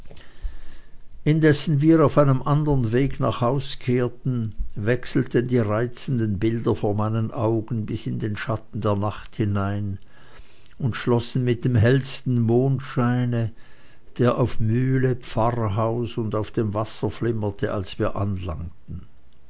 indessen wir auf einem andern wege nach hause kehrten wechselten die reizenden bilder vor meinen augen bis in die schatten der nacht hinein und schlossen mit dem hellsten mondscheine der auf mühle pfarrhaus und auf dem wasser flimmerte als wir anlangten